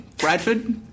Bradford